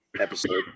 episode